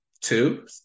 two